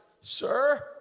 sir